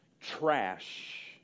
trash